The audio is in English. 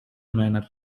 manner